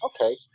okay